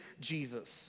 Jesus